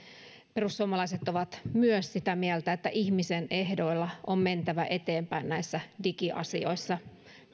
perussuomalaiset ovat sitä mieltä että ihmisen ehdoilla on mentävä eteenpäin näissä digiasioissa